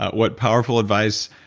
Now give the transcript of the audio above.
what powerful advice.